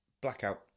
blackout